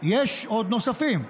יש עוד נוספים,